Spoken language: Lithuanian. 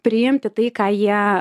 priimti tai ką jie